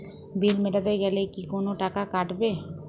বিল মেটাতে গেলে কি কোনো টাকা কাটাবে?